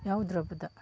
ꯌꯥꯎꯗ꯭ꯔꯕꯗ